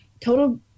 Total